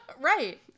Right